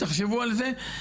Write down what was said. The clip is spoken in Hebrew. תחשבו על זה.